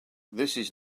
this